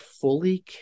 fully